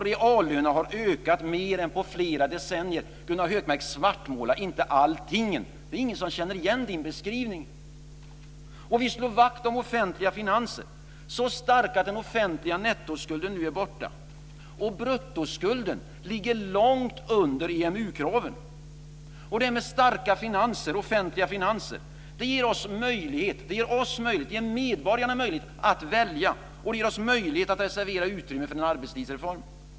Reallönerna har ökat mer än på flera decennier. Svartmåla inte allting, Gunnar Hökmark. Det är ingen som känner igen Gunnar Hökmarks beskrivning. Vi slår vakt om starka offentliga finanser, så starka att den offentliga nettoskulden nu är borta. Bruttoskulden ligger långt under EMU-kraven. Starka offentliga finanser ger oss - medborgarna - möjlighet att välja. Det ger oss möjlighet att reservera utrymme för en arbetstidsreform.